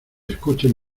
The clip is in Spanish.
escuchen